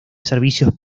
servicios